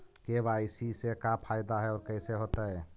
KYC से का फायदा है और कैसे होतै?